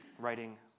writing